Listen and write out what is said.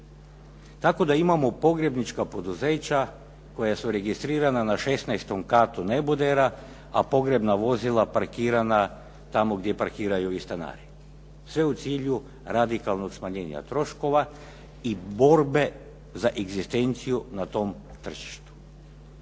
tako da imamo pogrebnička poduzeća koja su registrirana na 16. katu nebodera, a pogrebna vozila parkirana tamo gdje parkiraju i stanari. Sve u cilju radikalnog smanjenja troškova i borbe za egzistenciju na tom tržištu.